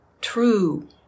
true